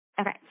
Okay